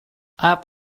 have